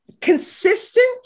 consistent